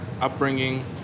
upbringing